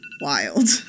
wild